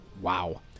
Wow